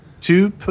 Two